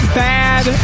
bad